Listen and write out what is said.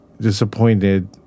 disappointed